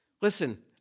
Listen